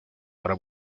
para